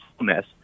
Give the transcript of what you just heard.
mess